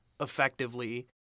effectively